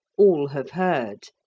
all have heard,